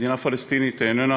מדינה פלסטינית איננה